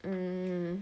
mm